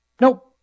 nope